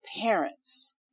parents